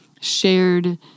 shared